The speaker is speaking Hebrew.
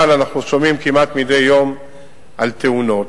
אבל אנחנו שומעים כמעט מדי יום על תאונות.